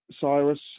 Cyrus